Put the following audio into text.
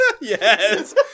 Yes